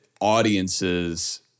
audiences